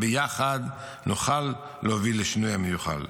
ביחד נוכל להוביל לשינוי המיוחל.